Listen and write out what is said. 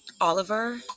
Oliver